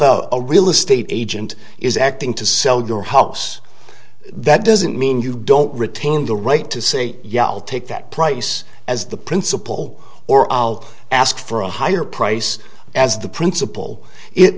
if a real estate agent is acting to sell your house that doesn't mean you don't retain the right to say yeah i'll take that price as the principal or i'll ask for a higher price as the principal it